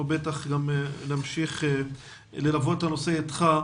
אנחנו בטח נמשיך ללוות את הנושא איתך.